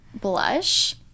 blush